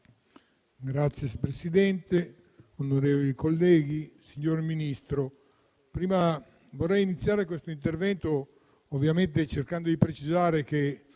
Signor Presidente, onorevoli colleghi, signor Ministro, vorrei iniziare questo mio intervento cercando di precisare che,